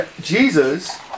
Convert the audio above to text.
Jesus